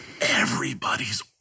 everybody's